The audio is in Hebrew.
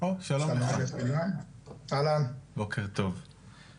על הנציבות בשתי